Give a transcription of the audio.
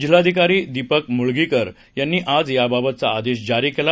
जिल्हाधिकारी दीपक म्गळीकर यांनी आज याबाबतचा आदेश जारी केला